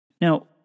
Now